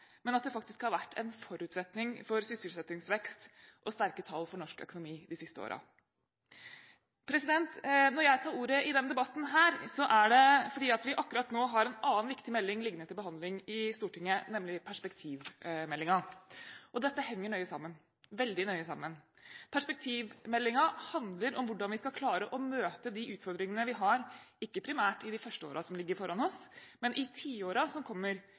men faktisk har vært en forutsetning for sysselsettingsvekst og sterke tall for norsk økonomi de siste årene. Når jeg tar ordet i denne debatten, er det fordi vi akkurat nå har en annen viktig melding liggende til behandling i Stortinget, nemlig perspektivmeldingen. Dette henger nøye sammen – veldig nøye sammen. Perspektivmeldingen handler om hvordan vi skal klare å møte de utfordringene vi har – ikke primært i de første årene som ligger foran oss, men i tiårene som kommer